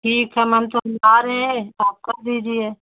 ठीक है मैम तो हम आ रहे हैं आपका बिजी है